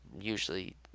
usually